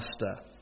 master